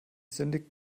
sündigt